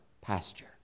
pasture